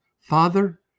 Father